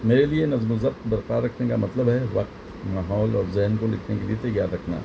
میرے لیے نظم و ضبط برقرار رکھنے کا مطلب ہے وقت ماحول اور ذہن کو لکھنے کے لیے تیار رکھنا